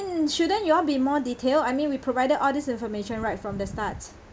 ~n shouldn't you all be more detailed I mean we provided all this information right from the start